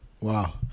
Wow